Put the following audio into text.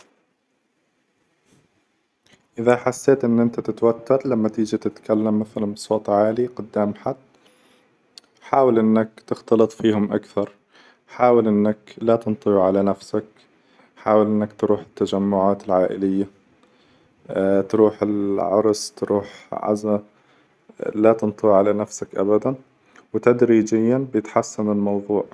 إذا حسيت إن إنت تتوتر لما تيجي تتكلم مثلا بصوت عالي قدام حد حاول إنك تختلط فيهم أكثر، حاول إنك لا تنطوي على نفسك، حاول إنك تروح التجمعات العائلية، تروح العرس، تروح عزى، لا تنطوي على نفسك أبدا، وتدريجياً بيتحسن الموظوع.